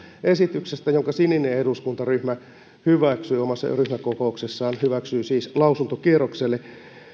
esityksestä jonka sininen eduskuntaryhmä hyväksyi omassa ryhmäkokouksessaan hyväksyi siis lausuntokierrokselle